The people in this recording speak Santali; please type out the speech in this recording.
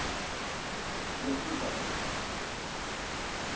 ᱡᱟᱹᱥᱛᱤ ᱠᱟᱭᱛᱮ